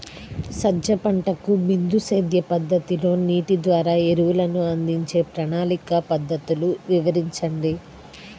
సజ్జ పంటకు బిందు సేద్య పద్ధతిలో నీటి ద్వారా ఎరువులను అందించే ప్రణాళిక పద్ధతులు వివరించండి?